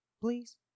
please